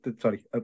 sorry